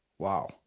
Wow